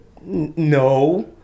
No